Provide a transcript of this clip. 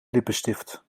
lippenstift